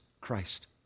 Christ